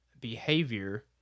behavior